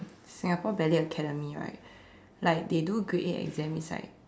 Singapore ballet academy right like they do grade eight exam is like